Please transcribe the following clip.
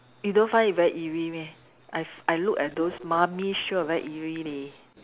you don't find it very eerie meh I I look at those mummy sure very eerie leh